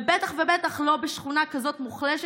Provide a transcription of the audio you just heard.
ובטח ובטח לא בשכונה כזאת מוחלשת,